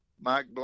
Mike